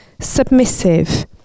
submissive